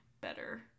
better